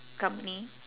company